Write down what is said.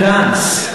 ותן לנו את הצ'אנס.